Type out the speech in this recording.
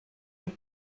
have